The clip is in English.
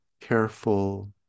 careful